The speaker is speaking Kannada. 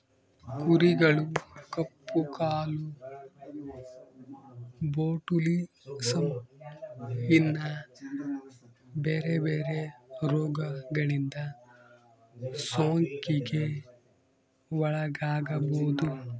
ಕುರಿಗಳು ಕಪ್ಪು ಕಾಲು, ಬೊಟುಲಿಸಮ್, ಇನ್ನ ಬೆರೆ ಬೆರೆ ರೋಗಗಳಿಂದ ಸೋಂಕಿಗೆ ಒಳಗಾಗಬೊದು